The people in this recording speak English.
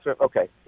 Okay